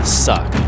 suck